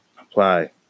apply